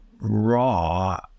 raw